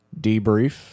debrief